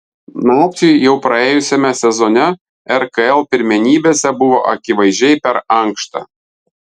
naciui jau praėjusiame sezone rkl pirmenybėse buvo akivaizdžiai per ankšta